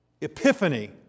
epiphany